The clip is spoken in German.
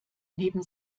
neben